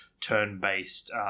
turn-based